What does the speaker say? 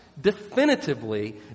definitively